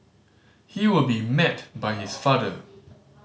he will be met by his father